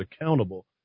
accountable